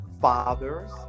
fathers